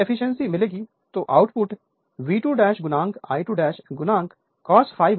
जब एफिशिएंसी मिलेगी तो आउटपुट V2 I2 cos ∅∅2 है